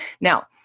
Now